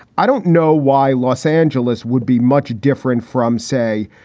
i don't know why los angeles would be much different from, say,